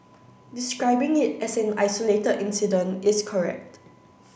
describing it as an isolated incident is correct